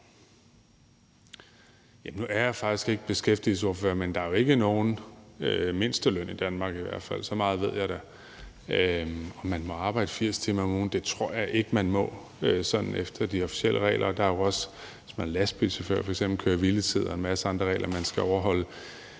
Bek): Nu er jeg faktisk ikke beskæftigelsesordfører, men der er jo ikke nogen mindsteløn i Danmark i hvert fald. Så meget ved jeg da. Om man må arbejde 80 timer om ugen – det tror jeg ikke man må sådan efter de officielle regler. Der er jo også, hvis man er lastbilchauffør f.eks., køre-hvile-tids-regler og en masse andre regler, man skal overholde.